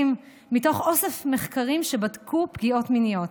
מתוך אוסף מחקרים שבדקו פגיעות מיניות: